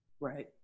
right